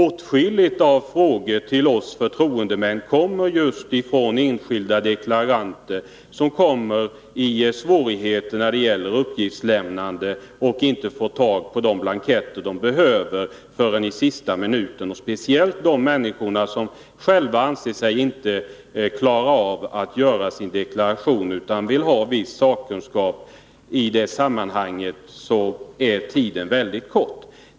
Åtskilliga frågor som framförs till oss förtroendemän kommer just från enskilda deklaranter som hamnat i svårigheter när det gäller uppgiftslämnandet, t.ex. därför att de inte fått tag på de blanketter de behöver förrän i sista minuten. Speciellt gäller detta de människor som inte anser sig klara av att göra sin deklaration själva utan som vill ha en viss hjälp av sakkunskap. För dem är tiden väldigt kort.